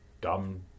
dumb